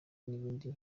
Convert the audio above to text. n’ibindi